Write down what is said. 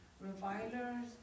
revilers